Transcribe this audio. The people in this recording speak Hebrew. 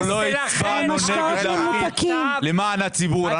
אנחנו לא הצבענו נגד להפחית למען הציבור.